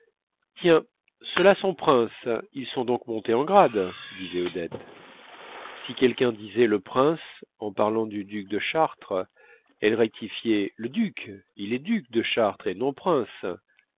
tiens ceux-là sont princes ils ont donc monté en grade disait odette si quelqu'un disait le prince en parlant du duc de chartres elle rectifiait le duc il est duc de chartres et